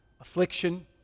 affliction